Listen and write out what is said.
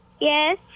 Yes